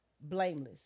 blameless